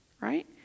Right